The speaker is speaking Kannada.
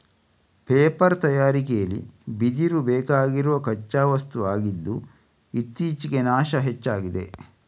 ಪೇಪರ್ ತಯಾರಿಕೆಲಿ ಬಿದಿರು ಬೇಕಾಗಿರುವ ಕಚ್ಚಾ ವಸ್ತು ಆಗಿದ್ದು ಇತ್ತೀಚೆಗೆ ನಾಶ ಹೆಚ್ಚಾಗಿದೆ